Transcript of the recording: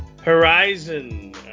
Horizon